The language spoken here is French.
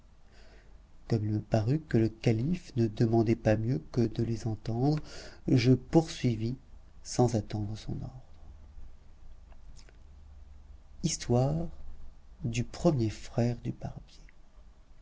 comme il me parut que le calife ne demandait pas mieux que de les entendre je poursuivis sans attendre son ordre histoire du premier frère du barbier